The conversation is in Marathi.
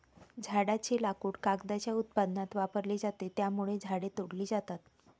झाडांचे लाकूड कागदाच्या उत्पादनात वापरले जाते, त्यामुळे झाडे तोडली जातात